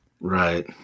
Right